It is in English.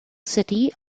city